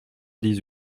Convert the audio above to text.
dix